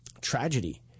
tragedy